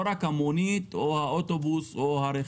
לא רק המונית או האוטובוס או הרכב.